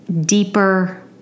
deeper